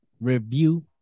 review